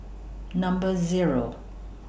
Number Zero